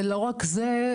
ולא רק זה,